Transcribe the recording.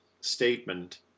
statement